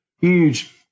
huge